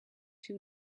two